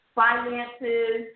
finances